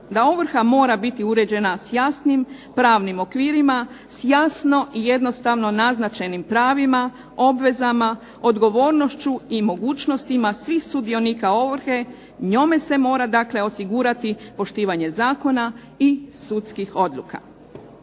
da ovrha mora biti uređena s jasnim pravnim okvirima, sa jasno i jednostavno naznačenim pravima, obvezama, odgovornošću i mogućnostima svih sudionika ovrhe, njome se dakle mora osigurati poštivanje Zakona i sudskih odluka.